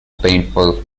painful